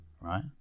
right